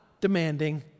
demanding